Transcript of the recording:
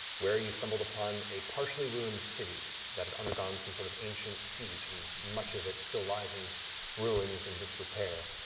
where you stumbled upon a partially ruined city that had undergone some sort of ancient siege, and much of it still lies in ruins and disrepair,